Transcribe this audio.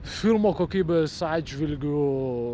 filmo kokybės atžvilgiu